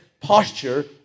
posture